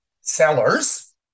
sellers